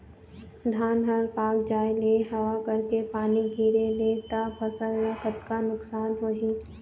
धान हर पाक जाय ले हवा करके पानी गिरे ले त फसल ला कतका नुकसान होही?